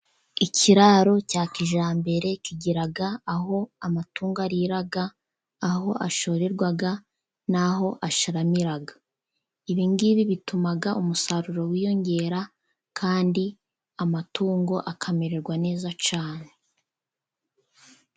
Ikiraro cya kijyambere, kigira aho amatunga arira, aho ashorerwa n'aho asharamiraga, ibingibi bituma umusaruro wiyongera kandi amatungo akamererwa neza cyane.